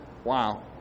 Wow